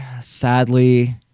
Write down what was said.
sadly